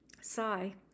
Sigh